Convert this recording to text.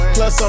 Plus